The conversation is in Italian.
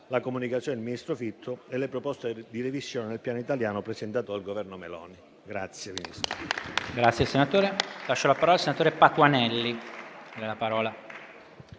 la comunicazione del ministro Fitto e le proposte di revisione del Piano italiano presentate dal Governo Meloni.